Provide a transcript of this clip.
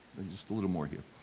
just a little more here.